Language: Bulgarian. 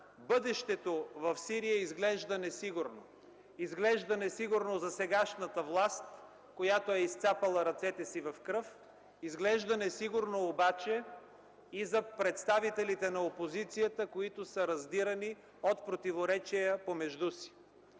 бъдещето в Сирия изглежда несигурно. Изглежда несигурно за сегашната власт, която е изцапала ръцете си в кръв, изглежда несигурно обаче и за представителите на опозицията, които са раздирани от противоречия помежду си.